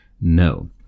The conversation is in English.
no